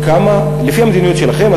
לפי המדיניות שלכם,